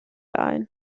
ein